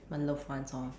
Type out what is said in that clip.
my loved ones hor